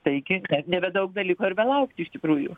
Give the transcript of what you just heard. taigi kad nebedaug beliko ir belaukti iš tikrųjų